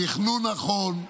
תכנון נכון,